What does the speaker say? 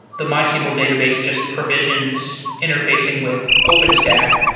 the mysql database just provisions interfacing with openstack,